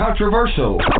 controversial